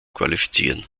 qualifizieren